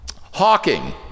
Hawking